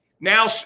now